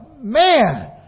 Man